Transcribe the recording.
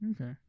okay